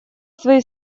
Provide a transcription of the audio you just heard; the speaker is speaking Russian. своей